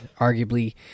arguably